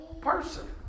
person